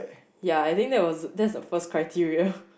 yeah I think that was that's the first criteria